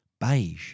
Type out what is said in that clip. Beige